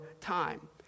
time